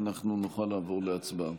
ואנחנו נוכל לעבור להצבעה.